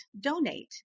DONATE